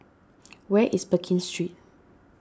where is Pekin Street